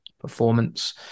performance